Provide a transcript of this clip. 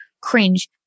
cringe